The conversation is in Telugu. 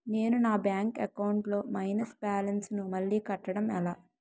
నేను నా బ్యాంక్ అకౌంట్ లొ మైనస్ బాలన్స్ ను మళ్ళీ కట్టడం ఎలా?